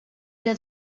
era